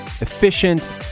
efficient